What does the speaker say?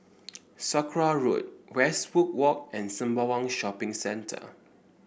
Sakra Road Westwood Walk and Sembawang Shopping Centre